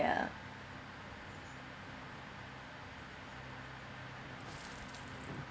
ya